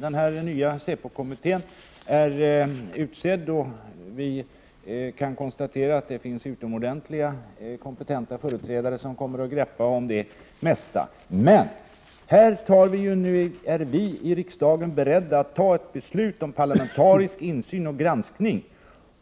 Den nya säpokommittén är utsedd, och vi kan konstatera att där finns utomordentligt kompetenta företrädare som behärskar det mesta. Men här är nu vi i riksdagen beredda att fatta ett beslut om parlamentarisk insyn och granskning,